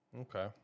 okay